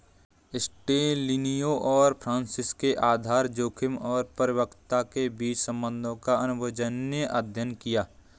एस्टेलिनो और फ्रांसिस ने आधार जोखिम और परिपक्वता के बीच संबंधों का अनुभवजन्य अध्ययन किया